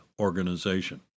organization